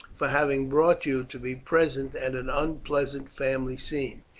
for having brought you to be present at an unpleasant family scene,